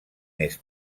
més